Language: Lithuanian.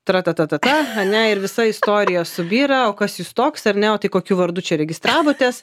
tratatatata ane ir visa istorija subyra o kas jis toks ar ne o tai kokiu vardu čia registravotės